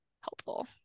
helpful